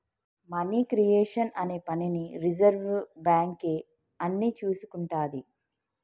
money creation అనే పనిని reserve bank అని చూసుకుంటాది